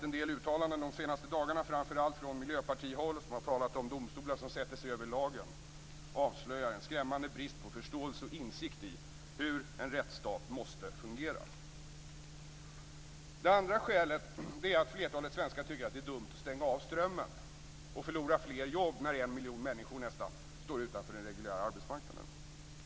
En del uttalanden de senaste dagarna, framför allt från miljöpartihåll om domstolar som sätter sig över lagen, avslöjar en skrämmande brist på förståelse för och insikt i hur en rättsstat måste fungera. Det andra är att flertalet svenskar tycker att det är dumt att stänga av strömmen och förlora flera jobb när nära en miljon människor står utanför den reguljära arbetsmarknaden.